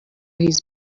his